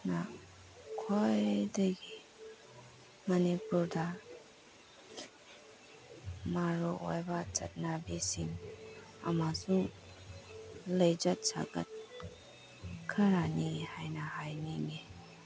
ꯅ ꯈ꯭ꯋꯥꯏꯗꯒꯤ ꯃꯅꯤꯄꯨꯔꯗ ꯃꯔꯨꯑꯣꯏꯕ ꯆꯠꯅꯕꯤꯁꯤꯡ ꯑꯃꯁꯨꯡ ꯂꯤꯆꯠ ꯁꯥꯖꯠ ꯈꯔꯅꯤ ꯍꯥꯏꯅ ꯍꯥꯏꯅꯤꯡꯏ